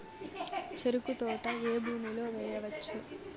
చెరుకు తోట ఏ భూమిలో వేయవచ్చు?